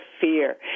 fear